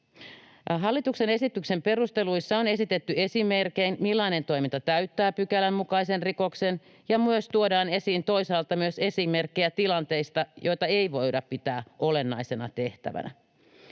Hallituksen esityksen perusteluissa on esitetty esimerkein, millainen toiminta täyttää pykälän mukaisen rikoksen, ja tuodaan esiin toisaalta myös esimerkkejä tilanteista, joita ei voida pitää olennaisena tehtävänä.